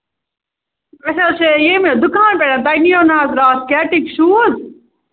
اَسہِ حظ چھِ ییٚمہِ دُکان پٮ۪ٹھ تۄہہِ نِیو نا حظ راتھ کیٹِکۍ شوٗز